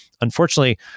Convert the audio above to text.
unfortunately